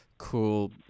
Cool